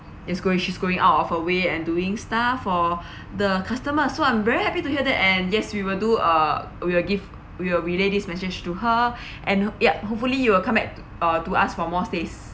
is going she's going out of her way and doing stuff for the customer so I'm very happy to hear that and yes we will do uh we will give we will relay this message to her and yup hopefully you will come uh to ask for more stays